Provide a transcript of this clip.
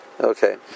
Okay